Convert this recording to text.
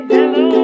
Hello